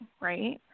Right